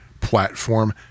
platform